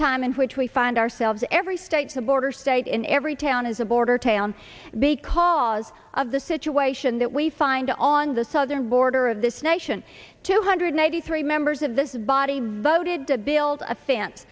time in which we find ourselves every state's a border state in every town is a border town because of the situation that we find on the southern border of this nation two hundred ninety three members of this body voted to build a f